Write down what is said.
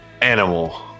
Animal